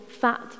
fat